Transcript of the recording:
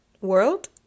world